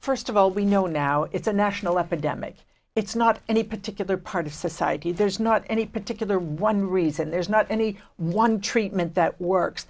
first of all we know now it's a national epidemic it's not any particular part of society there's not any particular one reason there's not any one treatment that works